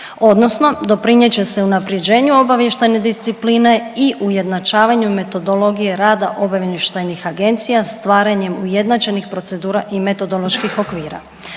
odnosno doprinijet će se unaprjeđenju obavještajne discipline i ujednačavanju metodologije rada obavještajnih agencija stvaranjem ujednačenih procedura i metodoloških okvira.